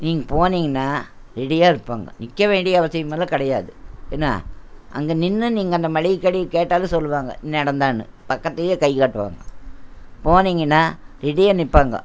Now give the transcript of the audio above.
நீங்கள் போனீங்கன்னா ரெடியாக இருப்பாங்க நிற்க வேண்டிய அவசியமெல்லாம் கிடையாது என்ன அங்கே நின்று நீங்கள் அந்த மளிகை கடையில் கேட்டால் சொல்லுவாங்க இந்த இடந்தான்னு பக்கத்திலேயே கை காட்டுவாங்க போனீங்கனா ரெடியாக நிற்பாங்க